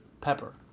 Pepper